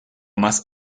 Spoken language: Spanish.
más